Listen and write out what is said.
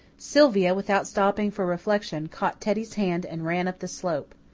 sylvia, without stopping for reflection, caught teddy's hand and ran up the slope.